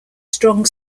strong